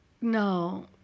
No